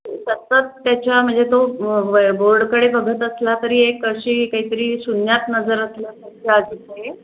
सतत त्याच्या म्हणजे तो बोर्डकडे बघत असला तरी एक अशी काहीतरी शून्यात नजर असल्या